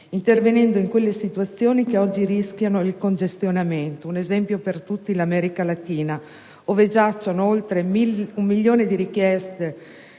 intervenendo in quelle situazioni che oggi rischiano il congestionamento. Un esempio per tutti è l'America latina, ove giace oltre un milione di richieste